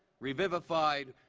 revivify,